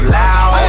loud